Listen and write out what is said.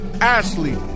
Ashley